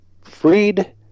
freed